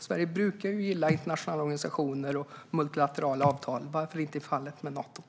Sverige brukar gilla internationella organisationer och multilaterala avtal - varför inte i fallet med Nato?